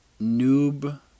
noob